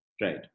Right